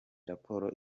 raporo